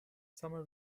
summer